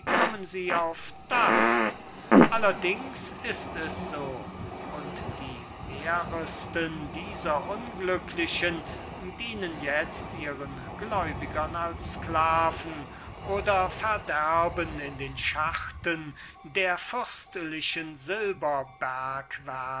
kommen sie auf das allerdings ist es so und die mehresten dieser unglücklichen dienen jetzt ihren gläubigern als sklaven oder verderben in den schachten der fürstlichen